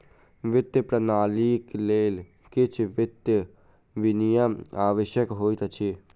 वित्तीय प्रणालीक लेल किछ वित्तीय विनियम आवश्यक होइत अछि